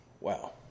Wow